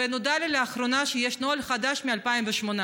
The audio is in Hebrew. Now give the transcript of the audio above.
ונודע לי לאחרונה שיש נוהל חדש מ-2018.